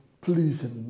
please